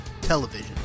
television